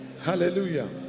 Hallelujah